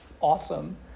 awesome